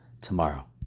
tomorrow